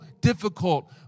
difficult